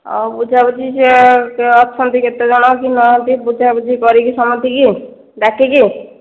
ହଁ ବୁଝାବୁଝି ସେ ଅଛନ୍ତି କେତେ ଜଣ କି ନାହାଁନ୍ତି ବୁଝା ବୁଝି କରି କି ସମସ୍ତଙ୍କୁ ଡାକିକି